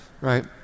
right